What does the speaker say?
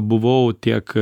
buvau tiek